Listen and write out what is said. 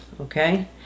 Okay